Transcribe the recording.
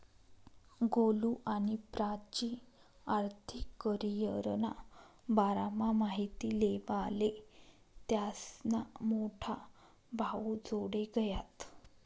गोलु आणि प्राची आर्थिक करीयरना बारामा माहिती लेवाले त्यास्ना मोठा भाऊजोडे गयात